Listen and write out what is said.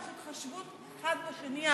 תוך התחשבות האחד בשני,